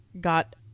Got